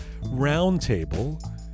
Roundtable